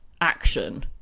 action